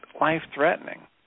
life-threatening